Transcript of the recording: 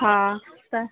हा त